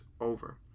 over